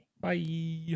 bye